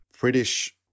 British